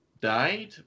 died